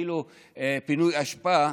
של כאילו פינוי אשפה,